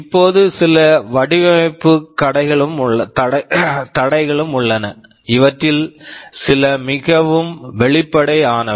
இப்போது சில வடிவமைப்பு தடைகளும் உள்ளன இவற்றில் சில மிகவும் வெளிப்படை ஆனவை